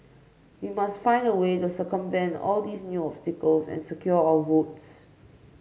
we must find a way to circumvent all these new obstacles and secure our votes